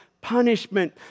punishment